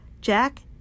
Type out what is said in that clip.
Jack